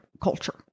culture